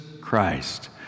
Christ